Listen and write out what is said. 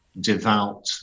devout